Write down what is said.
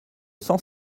cent